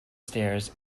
stairs